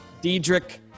Diedrich